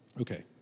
Okay